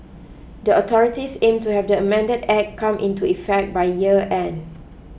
the authorities aim to have the amended Act come into effect by year end